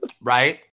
Right